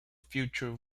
future